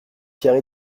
carré